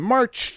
March